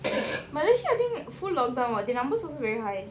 malaysia I think full lockdown [what] their numbers also very high